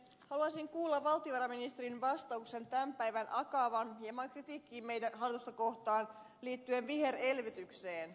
haluaisin kuulla valtiovarainministerin vastauksen tämän päivän akavan hieman kritiikkiin meidän hallitustamme kohtaan liittyen viherelvytykseen